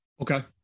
Okay